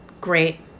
great